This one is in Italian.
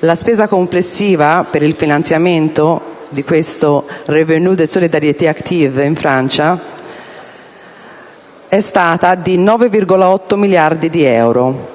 La spesa complessiva per il finanziamento del *revenu de solidarité active* in Francia, nel 2010, è stata di 9,8 miliardi di euro.